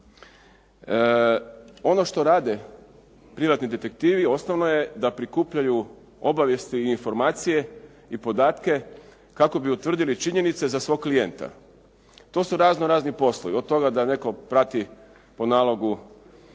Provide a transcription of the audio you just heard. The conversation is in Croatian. Ono što rade privatni detektivi osnovno je da prikupljaju obavijesti, informacije i podatke kako bi utvrdili činjenice za svog klijenta. To su razno razni poslovi, od toga da netko prati po nalogu